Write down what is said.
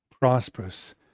prosperous